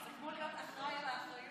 זה כמו להיות אחראי לאחריות?